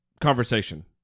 conversation